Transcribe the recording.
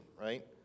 right